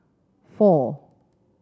four